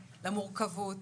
למורכבות.